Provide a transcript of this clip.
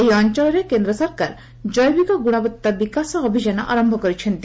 ଏହି ଅଞ୍ଚଳରେ କେନ୍ଦ୍ର ସରକାର ଜୈବିକ ଗୁଣବତ୍ତା ବିକାଶ ମିଶନ ଆରମ୍ଭ କରିଛନ୍ତି